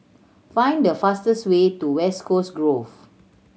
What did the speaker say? find the fastest way to West Coast Grove